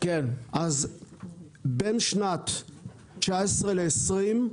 בין 2019 ל-2020,